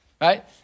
Right